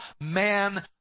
man